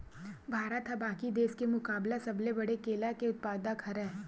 भारत हा बाकि देस के मुकाबला सबले बड़े केला के उत्पादक हरे